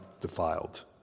defiled